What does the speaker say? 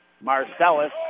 Marcellus